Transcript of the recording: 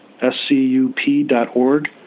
S-C-U-P.org